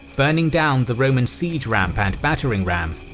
burning down the roman siege ramp and battering ram.